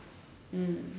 mm